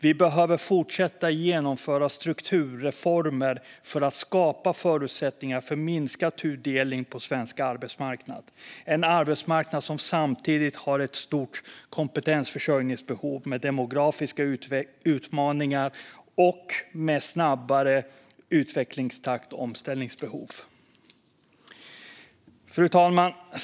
Vi behöver fortsätta genomföra strukturreformer för att skapa förutsättningar för minskad tudelning på svensk arbetsmarknad - en arbetsmarknad som samtidigt har ett stort kompetensförsörjningsbehov med demografiska utmaningar och med snabbare utvecklingstakt och omställningsbehov. Fru talman!